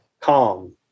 calm